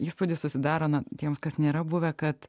įspūdį susidaro na tiems kas nėra buvę kad